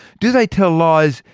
do they tell lies,